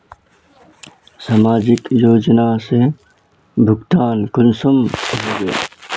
समाजिक योजना से भुगतान कुंसम होबे?